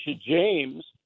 James